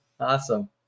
Awesome